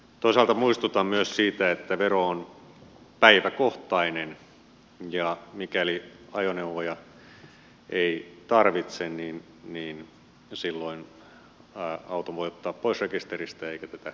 toisaalta muistutan myös siitä että vero on päiväkohtainen ja mikäli ajoneuvoja ei tarvitse niin silloin auton voi ottaa pois rekisteristä eikä tätä veroa kerry